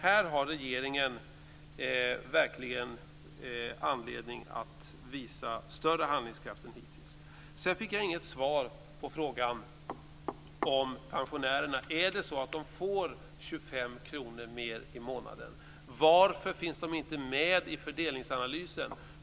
Här har regeringen verkligen anledning att visa större handlingskraft än hittills. Sedan fick jag inget svar på frågan om pensionärerna. Får de 25 kr mer i månaden? Varför finns de inte med i fördelningsanalysen?